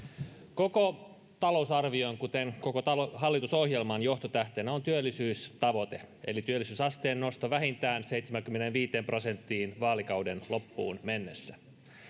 koko talousarvion kuten koko hallitusohjelman johtotähtenä on työllisyystavoite eli työllisyysasteen nosto vähintään seitsemäänkymmeneenviiteen prosenttiin vaalikauden loppuun mennessä